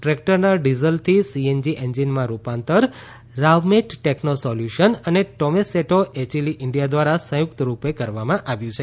ટ્રેક્ટરના ડીઝલથી સીએનજી એન્જિનમાં રૂપાંતર રાવમેટ ટેક્નો સોલ્યુશન્સ અને ટોમેસેટો એચિલી ઇન્ડિયા દ્વારા સંયુક્ત રૂપે કરવામાં આવ્યું છે